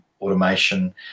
automation